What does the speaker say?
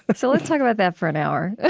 but so let's talk about that for an hour.